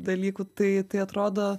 dalykų tai tai atrodo